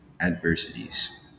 adversities